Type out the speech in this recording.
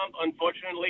Unfortunately